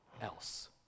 else